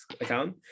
account